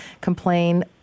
complain